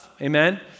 Amen